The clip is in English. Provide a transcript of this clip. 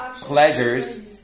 pleasures